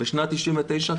בשנת 99',